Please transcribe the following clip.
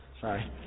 Sorry